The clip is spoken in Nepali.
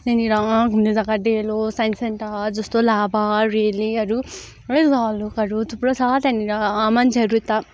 यहाँनिर घुम्ने जग्गा डेलो साइन्स सेन्टर जस्तो लाभा रेलीहरू है रलुकहरू थुप्रो छ त्यहाँनिर मन्छेहरू त